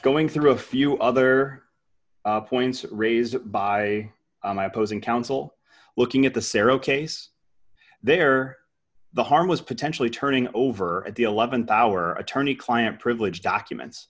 going through a few other points raised by my opposing counsel looking at the cerro case there the harm was potentially turning over at the th hour attorney client privilege documents